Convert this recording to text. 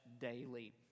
daily